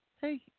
Hey